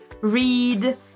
read